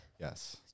Yes